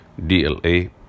DLA